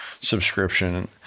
subscription